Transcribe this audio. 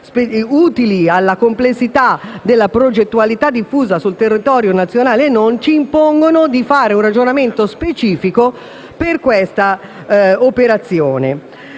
utili alla complessità della progettualità diffusa sul territorio nazionale e non, ci impone di fare un ragionamento specifico per questa operazione.